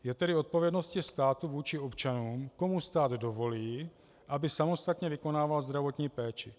Je tedy odpovědností státu vůči občanům, komu stát dovolí, aby samostatně vykonával zdravotní péči.